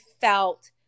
felt